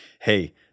hey